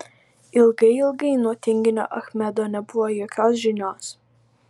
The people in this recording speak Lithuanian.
ilgai ilgai nuo tinginio achmedo nebuvo jokios žinios